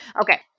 Okay